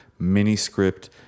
Miniscript